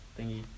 thingy